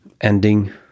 ending